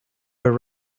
were